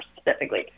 specifically